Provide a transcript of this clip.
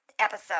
episode